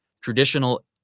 traditional